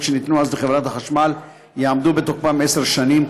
שניתנו אז לחברת החשמל יעמדו בתוקפם עשר שנים,